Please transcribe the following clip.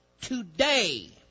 today